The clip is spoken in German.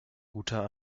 guter